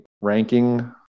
ranking